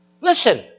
Listen